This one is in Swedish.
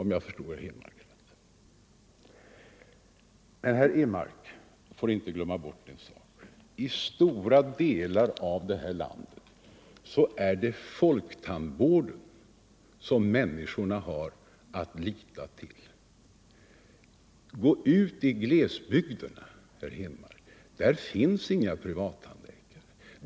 Men herr Henmark får inte glömma bort att det i stora delar av detta land är folktandvården som människorna har att lita till. Gå ut i glesbygderna, herr Henmark! Där finns inga privattandläkare.